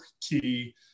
key